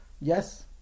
Yes